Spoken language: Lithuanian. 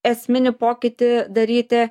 esminį pokytį daryti